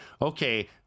okay